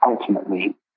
ultimately